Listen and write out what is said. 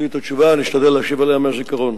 חשמל תקני בשלושה יישובים במגזר המיעוטים.